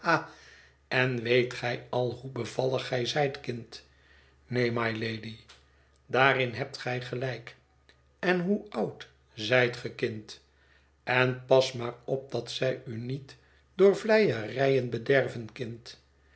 en weet gij al hoe bevallig gij zijt kind neen mylady daarin hebt gij gelijk en hoe oud zijt ge kind en pas maar op dat zij u niet door vleierijen bederven